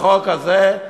לחוק הזה,